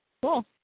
Cool